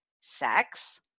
sex